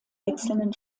wechselnden